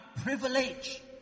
privilege